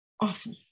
awful